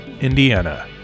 indiana